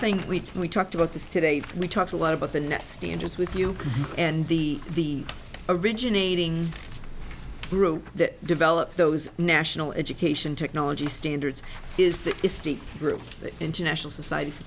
thing we can we talked about this today we talked a lot about the net standards with you and the originating group that developed those national education technology standards is the estate group international society for